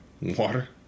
water